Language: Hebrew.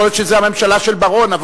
יכול להיות שזה הממשלה של בר-און.